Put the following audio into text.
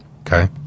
okay